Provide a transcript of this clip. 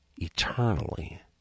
eternally